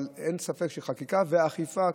אבל אין ספק שחקיקה ואכיפה,